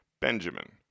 Benjamin